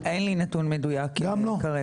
אין לי נתון מדויק כרגע.